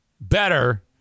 better